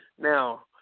Now